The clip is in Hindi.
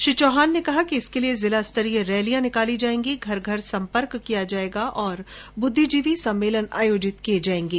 श्री चौहान ने कहा कि इसके लिए जिला स्तरीय रैलियां निकाली जायेंगीं घर घर संपर्क किया जायेगा और बुद्धिजीवी सम्मेलन आयोजित किये जायेंगे